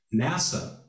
NASA